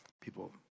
People